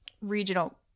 regional